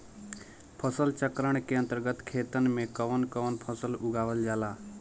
फसल चक्रण के अंतर्गत खेतन में कवन कवन फसल उगावल जाला?